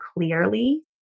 clearly